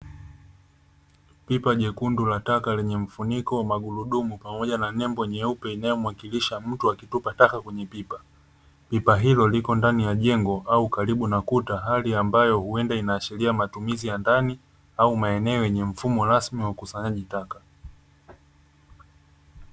Pipa jekundu la taka lenye mfuniko wa magurudumu pamoja na nembo nyeupe inayo muakilisha mtu akitupa taka kwenye pipa. Pipa hilo liko ndani jengo, au karibu na kuta hali ambayo huenda inaashiria matumizi ya ndani, au maeneo yenye mfumo rasmi wa ukusanyaji taka.